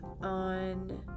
on